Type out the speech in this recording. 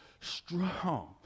strong